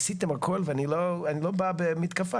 ניסיתם הכל ואני לא בא במתקפה,